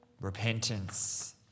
Repentance